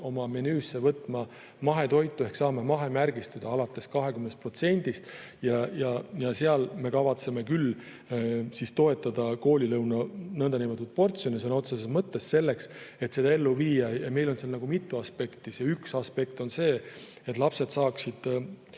oma menüüsse võtma mahetoitu ehk saama mahemärgistuse, alates 20%‑st. Seal me kavatseme küll toetada koolilõuna nõndanimetatud portsjonit sõna otseses mõttes selleks, et seda ellu viia. Meil on siin mitu aspekti. Üks aspekt on see, et lapsed saaksid